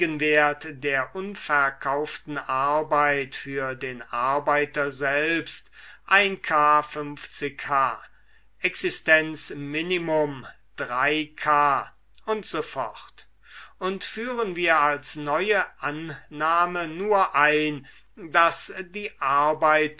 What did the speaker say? böhm bawerk verkauften arbeit für den arbeitet selbst ein k h existenzminimum k usf und führen wir als neue annahme nur ein daß die arbeiter